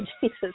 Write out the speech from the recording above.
Jesus –